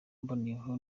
mboneyeho